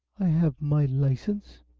i have my license,